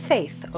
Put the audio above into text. Faith